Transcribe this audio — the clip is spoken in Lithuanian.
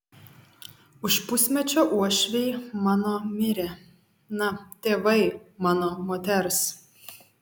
už pusmečio uošviai mano mirė na tėvai mano moters